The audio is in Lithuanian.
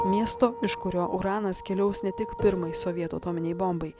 miesto iš kurio uranas keliaus ne tik pirmai sovietų atominei bombai